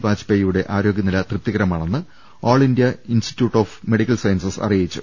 വാജ്പേയിയുടെ ആരോഗ്യനില തൃപ്തികരമാണെന്ന് all India institute of medical sciences അറിയിച്ചു